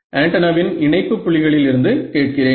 ஆன்டென்னாவின் இணைப்பு புள்ளிகளில் இருந்து கேட்கிறேன்